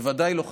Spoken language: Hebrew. בוודאי לא,